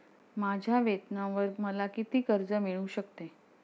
माझ्या वेतनावर मला किती कर्ज मिळू शकते?